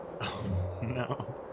No